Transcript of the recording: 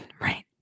Right